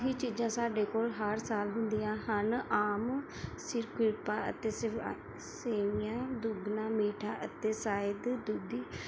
ਉਹੀ ਚੀਜ਼ਾਂ ਸਾਡੇ ਕੋਲ ਹਰ ਸਾਲ ਹੁੰਦੀਆਂ ਹਨ ਆਮ ਸ਼ੀਰਕੁਰਮਾ ਅਤੇ ਸੇਵੀਆਂ ਦੁੱਗਣਾ ਮੀਠਾ ਅਤੇ ਸ਼ਾਇਦ ਦੁਧੀ